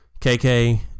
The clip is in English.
KK